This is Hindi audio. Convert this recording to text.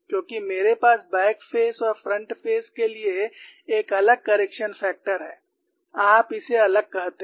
क्योंकि मेरे पास बैक फेस और फ्रंट फेस के लिए एक अलग करेक्शन फैक्टर है आप इसे अलग कहते हैं